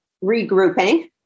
regrouping